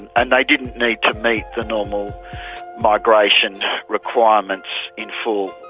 and they didn't need to meet the normal migration requirements in full.